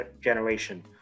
generation